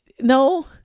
no